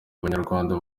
abanyarwanda